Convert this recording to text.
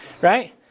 right